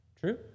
True